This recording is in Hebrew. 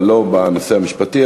אבל לא בנושא המשפטי,